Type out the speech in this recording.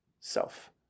self